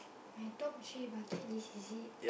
my top three bucket list is it